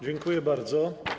Dziękuję bardzo.